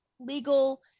legal